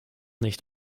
nicht